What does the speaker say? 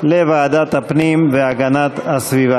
לוועדת הפנים והגנת הסביבה